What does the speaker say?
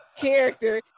character